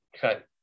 cut